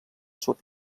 sud